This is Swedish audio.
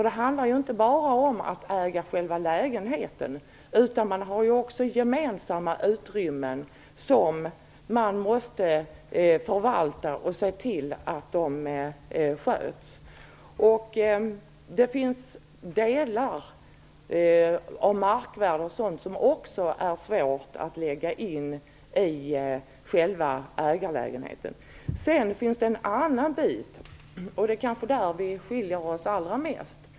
Det handlar ju inte bara om att äga själva lägenheten. Man har ju också gemensamma utrymmen som man måste förvalta och se till att sköta. Dessutom är det svårt att lägga in markvärden och sådant i själva ägarlägenheten. Det finns också en annan aspekt på detta. Det är kanske här som våra åsikter skiljer sig allra mest.